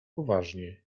poważnie